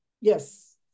yes